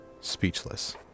speechless